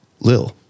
Lil